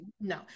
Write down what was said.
No